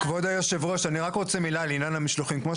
מדווחים לתאגיד תמיר במסגרת חוק האריזות.